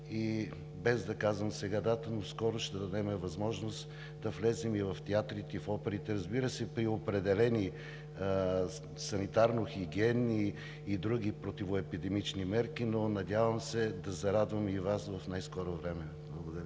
и без да казвам сега дата, но скоро ще дадем възможност да се влезе и в театрите, и в оперите, разбира се, при определени санитарно хигиенни и други противоепидемични мерки, но надявам се да зарадваме и Вас в най-скоро време. Благодаря.